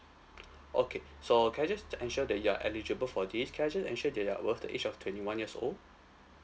okay so can I just ensure that you are eligible for this can I just ensure that you are above the age of twenty one years old